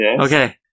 Okay